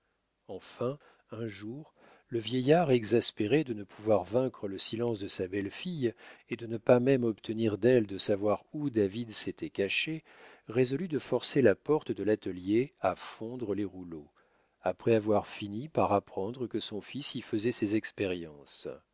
enfin un jour le vieillard exaspéré de ne pouvoir vaincre le silence de sa belle-fille et de ne pas même obtenir d'elle de savoir où david s'était caché résolut de forcer la porte de l'atelier à fondre les rouleaux après avoir fini par apprendre que son fils y faisait ses expériences